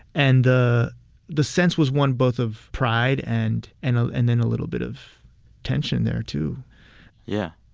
and the the sense was one both of pride and and ah and then a little bit of tension there, too yeah.